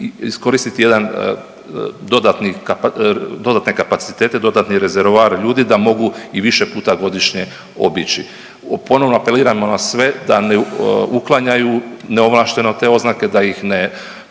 iskoristiti jedan dodatni, dodatne kapacitete dodatni rezervoar ljudi da mogu i više puta godišnje obići. Ponovno apeliramo na sve da ne uklanjanju neovlašteno te oznake, da ih ne